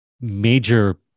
major